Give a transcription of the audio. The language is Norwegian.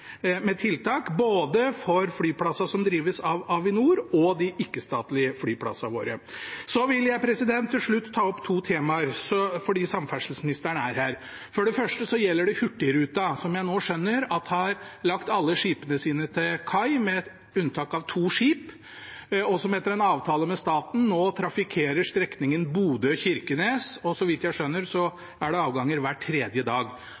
med tiltak både for flyplassene som drives av Avinor, og for de ikke-statlige flyplassene våre. Jeg vil til slutt ta opp et annet tema, fordi samferdselsministeren er her. Det gjelder Hurtigruten, som jeg nå skjønner har lagt alle skipene sine – med unntak av to – til kai, og som etter en avtale med staten nå trafikkerer strekningen Bodø–Kirkenes. Så vidt jeg skjønner, er det avganger hver tredje dag.